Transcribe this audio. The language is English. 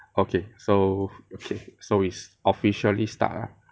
okay so okay so is officially start lah